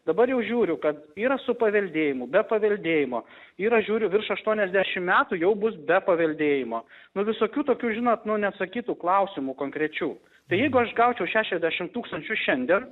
dabar jau žiūriu kad yra su paveldėjimu be paveldėjimo yra žiūriu virš aštuoniasdešim metų jau bus be paveldėjimo nu visokių tokių žinot nu neatsakytų klausimų konkrečių tai jeigu aš gaučiau šešiasdešim tūkstančių šiandien